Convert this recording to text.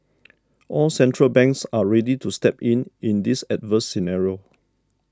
all central banks are ready to step in in this adverse scenario